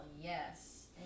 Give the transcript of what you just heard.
yes